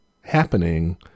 happening